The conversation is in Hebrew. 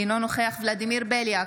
אינו נוכח ולדימיר בליאק,